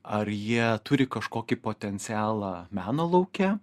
ar jie turi kažkokį potencialą meno lauke